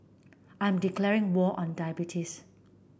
I'm declaring war on diabetes